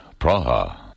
Praha